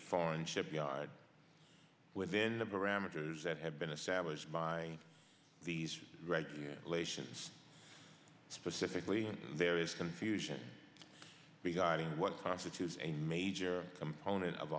foreign shipyard within the parameters that have been established by these relations specifically there is confusion regarding what constitutes a major component of